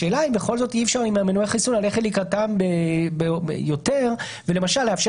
השאלה אם בכל זאת אי אפשר עם מנועי החיסון ללכת לקראתם יותר ולמשל לאפשר